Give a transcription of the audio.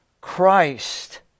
Christ